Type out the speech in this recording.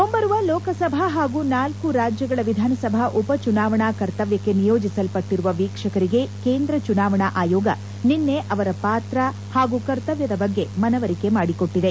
ಮುಂಬರುವ ಲೋಕಸಭಾ ಹಾಗೂ ಳ ರಾಜ್ಯಗಳ ವಿಧಾನಸಭಾ ಉಪಚುನಾವಣಾ ಕರ್ತವ್ಯಕ್ಕೆ ನಿಯೋಜಿಸಲ್ವಟ್ಟಿರುವ ವೀಕ್ಷಕರಿಗೆ ಕೇಂದ್ರ ಚುನಾವಣಾ ಅಯೋಗ ನಿನ್ನೆ ಅವರ ಪಾತ್ರ ಹಾಗೂ ಕರ್ತವ್ಯದ ಬಗ್ಗೆ ಮನವರಿಕೆ ಮಾಡಿಕೊಟ್ಟಿದೆ